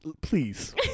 Please